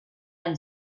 anys